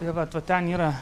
tai vat va ten yra